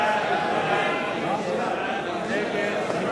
ההצעה להעביר את הצעת